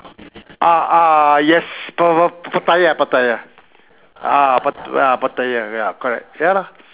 ah ah yes pa~ pa~ pattaya pattaya ah pa~ ah pattaya ya correct ya